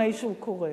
לפני שהוא קורה?